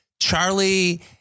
Charlie